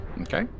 Okay